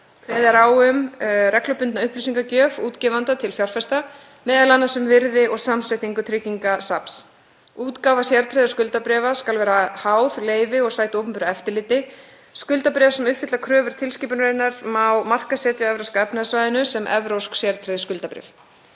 er á um reglubundna upplýsingagjöf útgefenda til fjárfesta, m.a. um virði og samsetningu tryggingasafns. Útgáfa sértryggðra skuldabréfa skal vera háð leyfi og sæta opinberu eftirliti. Skuldabréf sem uppfylla kröfur tilskipunarinnar má markaðssetja á Evrópska efnahagssvæðinu sem evrópsk sértryggð skuldabréf.